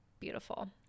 beautiful